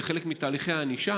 כחלק מתהליכי הענישה,